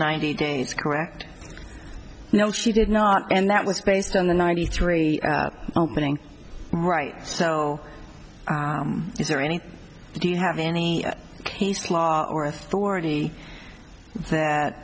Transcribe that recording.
ninety days correct no she did not and that was based on the ninety three opening right so is there any do you have any case law or authority that